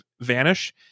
vanish